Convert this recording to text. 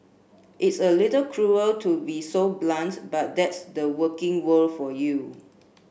it's a little cruel to be so blunt but that's the working world for you